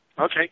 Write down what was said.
Okay